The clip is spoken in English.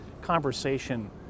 conversation